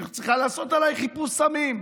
אני צריכה לעשות עלייך חיפוש סמים.